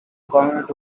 community